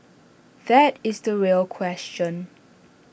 that is the real question